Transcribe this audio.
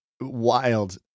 wild